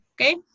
Okay